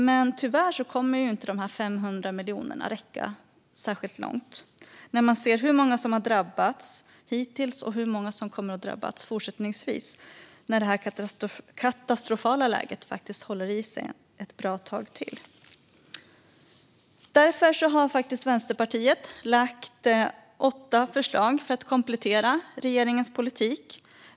Men tyvärr kommer inte de 500 miljonerna att räcka särskilt långt med tanke på hur många som hittills har drabbats och hur många som fortsättningsvis kommer att drabbas i och med att det katastrofala läget faktiskt kommer att hålla i sig ett bra tag till. Därför har Vänsterpartiet lagt fram åtta förslag för att komplettera regeringens politik.